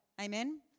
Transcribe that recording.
Amen